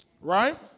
Right